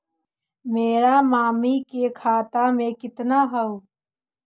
मेरा मामी के खाता में कितना हूउ?